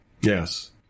Yes